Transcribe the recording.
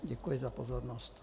Děkuji za pozornost.